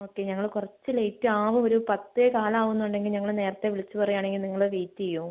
okay ഞങ്ങൾ കുറച്ച് late ആവും ഒരു പത്തേകാൽ ആവുന്നുണ്ടെങ്കിൽ ഞങ്ങൾ നേരത്തെ വിളിച്ച് പറയാണെങ്കീൽ നിങ്ങൾ വെയിറ്റ് ചെയ്യുമോ